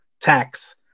tax